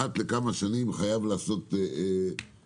אחת לכמה שנים חייב לעשות בדיקה,